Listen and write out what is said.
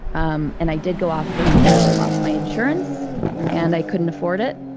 um and i did go off of it because i lost my insurance and i couldn't afford it.